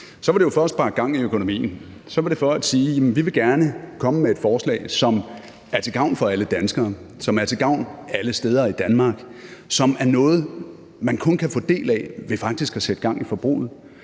var det for at sparke gang i økonomien, og det var for at sige, at vi gerne vil komme med et forslag, som er til gavn for alle danskerne, som er til gavn alle steder i Danmark, som er noget, man kun kan få del i ved faktisk at sætte gang i forbruget,